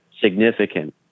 significant